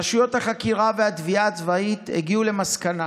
רשויות החקירה והתביעה הצבאית הגיעו למסקנה